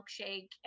milkshake